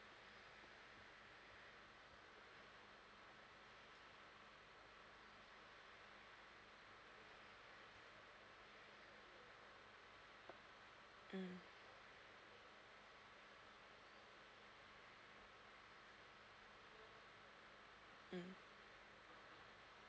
mm mm